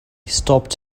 stopped